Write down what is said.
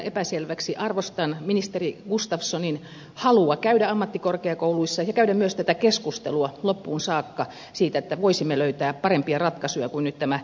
arvostan ministeri gustafssonin halua käydä ammattikorkeakouluissa ja käydä myös tätä keskustelua loppuun saakka siitä että voisimme löytää parempia ratkaisuja kuin nyt tämä esitetty